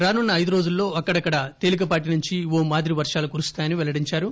రానున్న ఐదు రోజుల్లో అక్కడక్కడా తేలికపాటి నుంచి ఓ మాదిరి వర్షాలు కురుస్తాయని వెల్లడించారు